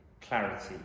clarity